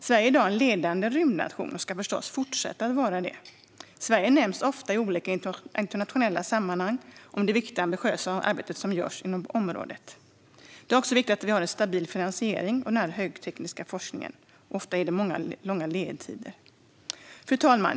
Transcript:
Sverige är i dag en ledande rymdnation och ska förstås fortsätta att vara det. Vårt land omnämns ofta i olika internationella sammanhang för vårt viktiga och ambitiösa arbete inom området. Det är också viktigt med en stabil finansiering av denna högtekniska forskning, som ofta har långa ledtider. Fru talman!